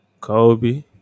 Kobe